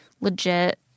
legit